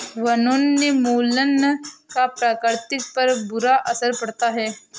वनोन्मूलन का प्रकृति पर बुरा असर पड़ता है